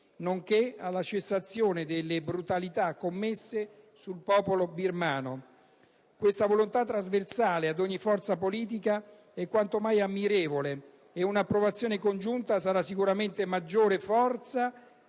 nonché alla cessazione delle brutalità commesse ai danni del popolo birmano. Questa volontà, trasversale ad ogni forza politica, è quanto mai ammirevole ed un'approvazione congiunta darà sicuramente maggiore forza